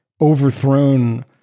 overthrown